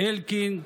אלקין,